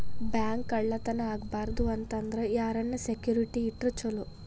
Bank ಕಳ್ಳತನಾ ಆಗ್ಬಾರ್ದು ಅಂತ ಅಂದ್ರ ಯಾರನ್ನ ಸೆಕ್ಯುರಿಟಿ ಇಟ್ರ ಚೊಲೊ?